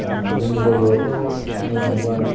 ओ जोंनि जायगायावथ' बुंनो थाङोब्ला